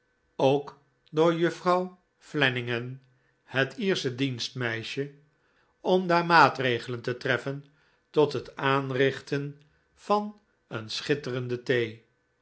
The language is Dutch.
ook door juffrouw flannigan het iersche dienstmeisje om daar maatregelen te treffen tot het aanrichten van een schitterende thee